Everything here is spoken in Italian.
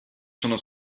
sono